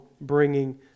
bringing